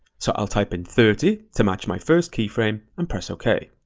so i'll type in thirty to match my first keyframe and press ok.